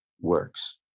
works